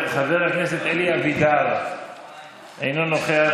האם המשטרה איבדה לגמרי כל צלם אנוש?